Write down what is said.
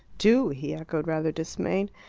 do? he echoed, rather dismayed.